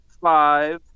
five